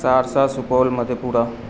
Saharsa Supaul مدھے Pura